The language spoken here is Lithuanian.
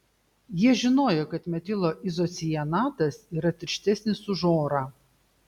jie žinojo kad metilo izocianatas yra tirštesnis už orą